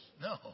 No